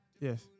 Yes